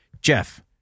Jeff